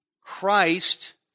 Christ